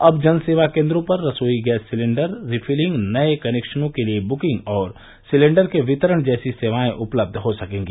अब जन सेवा केन्द्रों पर रसोई गैस सिलेन्डर रीफिलिंग नए कनेक्शनों के लिए बुकिंग और सिलेन्डरों के वितरण जैसी सेवाएं उपलब्ध हो सकेंगी